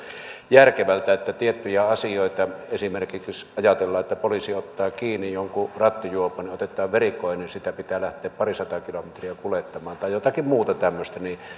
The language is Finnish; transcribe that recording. järkevältä hoitaa siellä tiettyjä asioita esimerkiksi jos ajatellaan että poliisi ottaa kiinni jonkun rattijuopon ja otetaan verikoe niin sitä pitää lähteä parisataa kilometriä kuljettamaan tai jotakin muuta tämmöistä